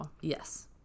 Yes